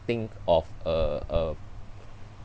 think of a a